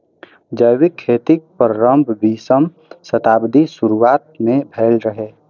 जैविक खेतीक प्रारंभ बीसम शताब्दीक शुरुआत मे भेल रहै